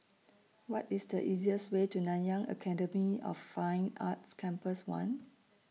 What IS The easiest Way to Nanyang Academy of Fine Arts Campus one